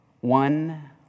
one